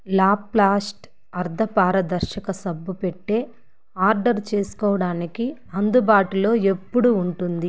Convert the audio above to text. లాప్లాస్ట్ అర్ధపారదర్శక సబ్బు పెట్టె ఆర్డర్ చేసుకోడానికి అందుబాటులో ఎప్పుడు ఉంటుంది